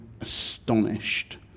astonished